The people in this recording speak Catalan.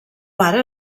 pare